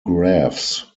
graphs